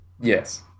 Yes